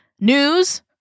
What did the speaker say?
News